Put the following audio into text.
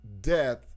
death